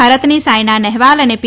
ભારતની સાઇના નેહવાલ અને પી